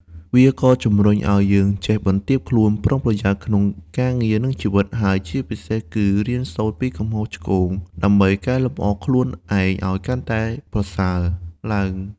វាក៏ជំរុញឱ្យយើងចេះ បន្ទាបខ្លួន ប្រុងប្រយ័ត្ន ក្នុងការងារនិងជីវិត ហើយជាពិសេសគឺ រៀនសូត្រពីកំហុសឆ្គង ដើម្បីកែលម្អខ្លួនឯងឱ្យកាន់តែប្រសើរឡើង។